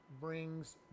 brings